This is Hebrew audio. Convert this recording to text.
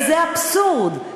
וזה אבסורד.